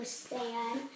Stan